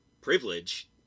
privilege